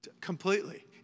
completely